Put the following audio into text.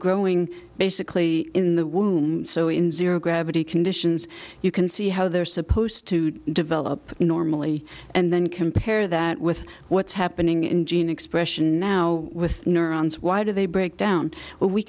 growing basically in the womb so in zero gravity conditions you can see how they're supposed to develop normally and then compare that with what's happening in gene expression now with neurons why do they break down we